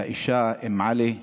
לאישה אום עלי,